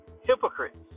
Hypocrites